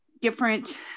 different